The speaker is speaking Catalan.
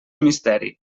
misteri